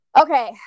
Okay